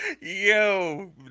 Yo